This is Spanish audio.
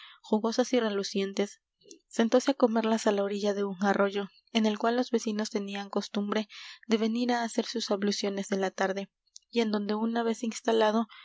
jugosas y relucientes sentóse á comerlas á la orilla de un arroyo en el cual los vecinos tenían costumbre de venir á hacer sus abluciones de la tarde y en donde una vez instalado